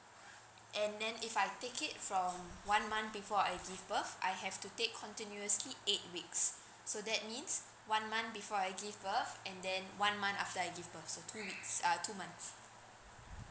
and then if I take it from one month before I give birth I have to take continuously eight weeks so that means one month before I give birth and then one month after I give birth so two weeks uh two months